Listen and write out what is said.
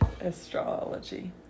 astrology